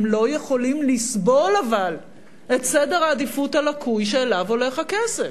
אבל הם לא יכולים לסבול את סדר העדיפות הלקוי שאליו הולך הכסף.